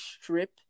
strip